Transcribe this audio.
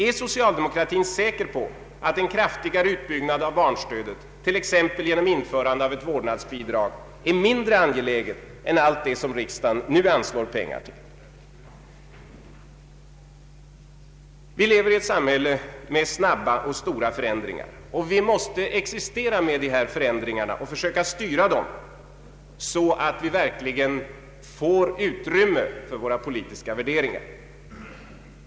Är socialdemokratin säker på att en kraftigare utbyggnad av barnstödet, t.ex. genom införande av ett vårdnadsbidrag, är mindre angelägen än allt det som riksdagen nu anslår pengar till? Vi lever i ett samhälle med snabba och stora förändringar. Vi måste existera med förändringarna och försöka styra dem så att vi verkligen får utrymme för våra politiska värderingar.